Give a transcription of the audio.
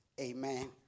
Amen